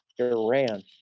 Iran